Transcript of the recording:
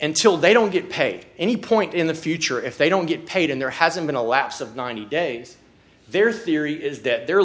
and still they don't get paid any point in the future if they don't get paid and there hasn't been a lapse of ninety days their theory is that they're